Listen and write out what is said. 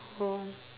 go on